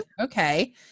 Okay